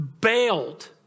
bailed